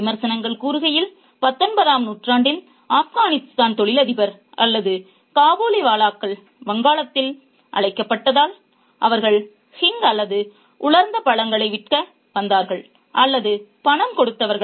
விமர்சகர்கள் கூறுகையில் '19 ஆம் நூற்றாண்டில் ஆப்கானிஸ்தான் தொழிலதிபர் அல்லது காபூலிவாலாக்கள் வங்காளத்தில் அழைக்கப்பட்டதால் அவர்கள் ஹிங் அல்லது உலர்ந்த பழங்களை விற்க வந்தார்கள் அல்லது பணம் கொடுத்தவர்கள்